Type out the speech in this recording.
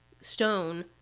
stone